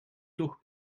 toch